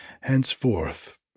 Henceforth